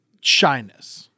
shyness